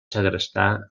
segrestar